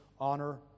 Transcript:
Honor